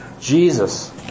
Jesus